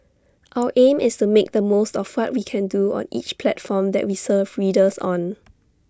our aim is to make the most of what we can do on each platform that we serve readers on